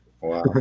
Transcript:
Wow